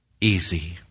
easy